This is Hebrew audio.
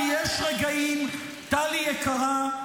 טלי יקרה,